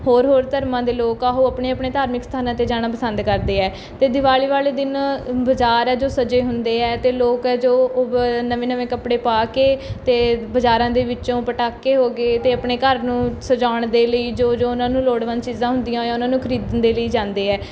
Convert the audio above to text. ਹੋਰ ਹੋਰ ਧਰਮਾਂ ਦੇ ਲੋਕ ਆ ਉਹ ਆਪਣੇ ਆਪਣੇ ਧਾਰਮਿਕ ਸਥਾਨਾਂ 'ਤੇ ਜਾਣਾ ਪਸੰਦ ਕਰਦੇ ਹੈ ਅਤੇ ਦੀਵਾਲੀ ਵਾਲੇ ਦਿਨ ਬਾਜ਼ਾਰ ਹੈ ਜੋ ਸਜੇ ਹੁੰਦੇ ਹੈ ਅਤੇ ਲੋਕ ਹੈ ਜੋ ਉ ਉਹ ਵ ਨਵੇਂ ਨਵੇਂ ਕੱਪੜੇ ਪਾ ਕੇ ਅਤੇ ਬਾਜ਼ਾਰਾਂ ਦੇ ਵਿੱਚੋਂ ਪਟਾਕੇ ਹੋ ਗਏ ਅਤੇ ਆਪਣੇ ਘਰ ਨੂੰ ਸਜਾਉਣ ਦੇ ਲਈ ਜੋ ਜੋ ਉਹਨਾਂ ਨੂੰ ਲੋੜਵੰਦ ਚੀਜ਼ਾਂ ਹੁੰਦੀਆਂ ਉਹਨਾਂ ਨੂੰ ਖਰੀਦਣ ਦੇ ਲਈ ਜਾਂਦੇ ਹੈ